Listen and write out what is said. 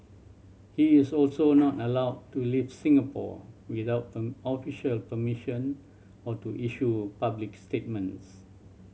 he is also not allowed to leave Singapore without official permission or to issue public statements